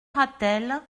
ratel